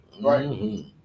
right